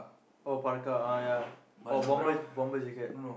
oh parka ah ya or bomber bomber jacket